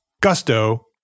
Gusto